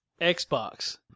Xbox